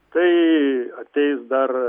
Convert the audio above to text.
tai ateis dar